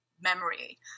memory